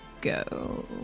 go